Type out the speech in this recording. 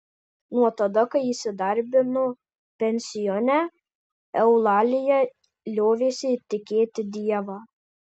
nuo tada kai įsidarbino pensione eulalija liovėsi tikėti dievą